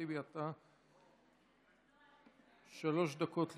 חבר הכנסת טיבי, שלוש דקות לרשותך.